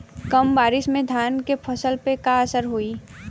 कम बारिश में धान के फसल पे का असर होई?